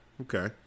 okay